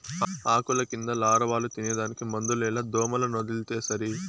ఆకుల కింద లారవాలు తినేదానికి మందులేల దోమలనొదిలితే సరి